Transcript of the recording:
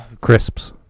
Crisps